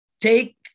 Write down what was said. take